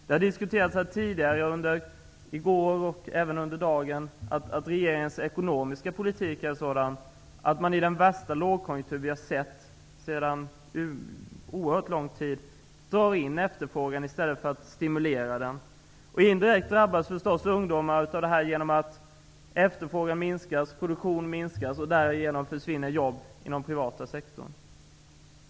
Det har diskuterats tidigare, i går och även i dag, att regeringens ekonomiska politik är sådan att man i den värsta lågkonjunktur vi har sett sedan oerhört lång tid drar in efterfrågan i stället för att stimulera den. Indirekt drabbas förstås ungdomar av detta genom att efterfrågan minskas och produktion minskas. Därigenom försvinner jobb inom den privata sektorn.